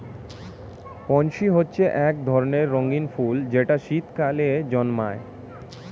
pansy হচ্ছে এক ধরনের রঙিন ফুল যেটা শীতকালে জন্মায়